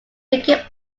baking